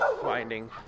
finding